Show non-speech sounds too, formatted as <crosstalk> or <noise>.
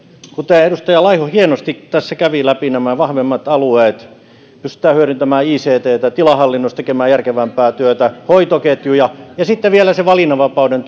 edustaja laiho hienosti tässä kävi läpi nämä vahvemmat alueet pystytään hyödyntämään icttä tilahallinnossa tekemään järkevämpää työtä hoitoketjuja ja sitten vielä se valinnanvapauden <unintelligible>